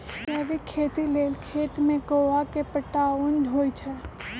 जैविक खेती लेल खेत में गोआ के पटाओंन होई छै